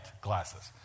glasses